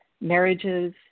marriages